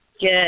good